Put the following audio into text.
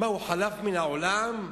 הוא חלף מן העולם?